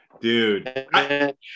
Dude